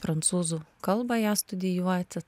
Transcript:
prancūzų kalbą ją studijuoti